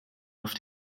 auf